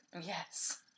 Yes